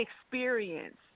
experience